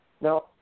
Now